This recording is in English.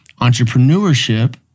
Entrepreneurship